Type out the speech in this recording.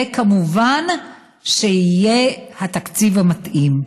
וכמובן שיהיה התקציב המתאים.